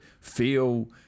feel